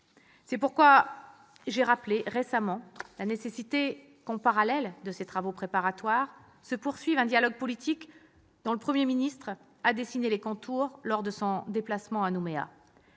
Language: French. C'est pourquoi j'ai récemment rappelé la nécessité que, en parallèle de ces travaux préparatoires, se poursuive un dialogue politique, dont le Premier ministre a dessiné les contours lors de son déplacement à Nouméa.